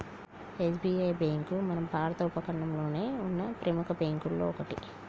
SBI bank మన భారత ఉపఖండంలోనే ఉన్న ప్రెముఖ బ్యేంకుల్లో ఒకటి